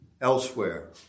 elsewhere